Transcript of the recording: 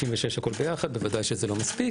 כלומר כולם ביחד 56. בוודאי שזה לא מספיק,